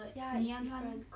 ya different